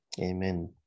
Amen